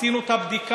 עשינו את הבדיקה.